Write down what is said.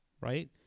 right